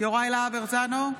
יוראי להב הרצנו,